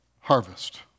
harvest